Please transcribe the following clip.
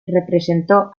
representó